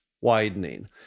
widening